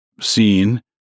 seen